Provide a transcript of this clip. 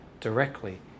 directly